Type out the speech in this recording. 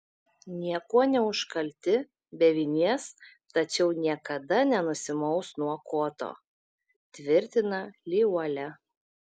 niekuo neužkalti be vinies tačiau niekada nenusimaus nuo koto tvirtina liuolia